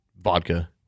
Vodka